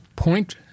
point